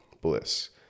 bliss